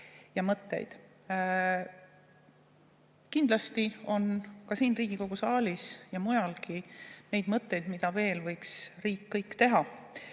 ja mõtteid. Kindlasti on ka siin Riigikogu saalis ja mujalgi neid mõtteid, mida kõike veel võiks riik teha,